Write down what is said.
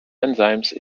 enzymes